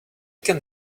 can